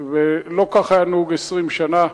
ולא כך היה נהוג 20 שנה.